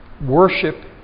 Worship